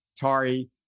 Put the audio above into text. Tari